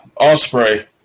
Osprey